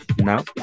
No